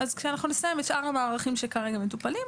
אז כשאנחנו נסיים את שאר המערכים שכרגע מטופלים,